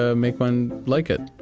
ah make one like it.